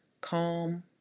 calm